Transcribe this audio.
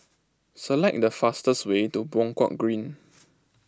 select the fastest way to Buangkok Green